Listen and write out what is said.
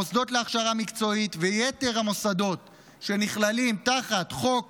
מוסדות להכשרה מקצועית ויתר המוסדות שנכללים תחת חוק